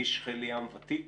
איש חיל ים ותיק.